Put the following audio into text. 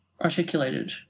articulated